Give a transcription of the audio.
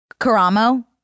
Karamo